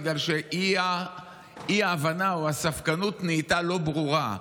בגלל שהאי-הבנה או הספקנות נהייתה לא ברורה.